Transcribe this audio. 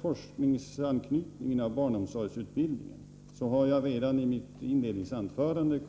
Forskningsanknytningen av barnomsorgsutbildningen har jag redan kommenterat i mitt inledningsanförande.